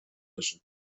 leży